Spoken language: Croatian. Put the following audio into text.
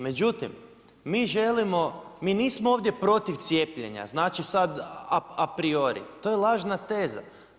Međutim, mi želimo, mi nismo ovdje protiv cijepljenja, znači sada a priori, to je lažna teza.